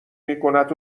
میکند